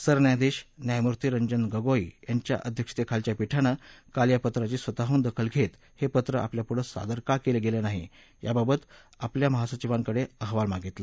सरन्यायाधीश न्यायमूर्ती रंजन गोगोई यांच्या अध्यक्षतेखालच्या पीठानं काल या पत्राची स्वतःहून दखल घेत हे पत्र आपल्यापुढं सादर का केलं गेलं नाही याबाबत आपल्या महासचिवांकडे अहवाल मागितला